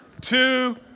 two